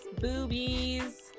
boobies